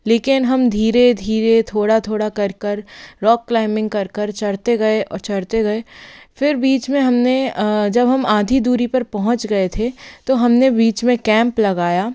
लेकिन हम धीरे धीरे थोड़ा थोड़ा कर कर रॉक क्लाइंबिंग कर कर चढ़ते गए और चढ़ते गए फिर बीच में हमने जब हम आधी दूरी पर पहुँच गए थे तो हमने वीच में कैम्प लगाया